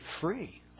free